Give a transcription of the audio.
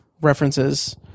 references